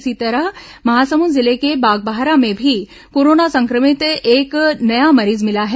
इसी तरह महासमुंद जिले के बागबाहरा में भी कोरोना संक्रमित एक नया मरीज मिला है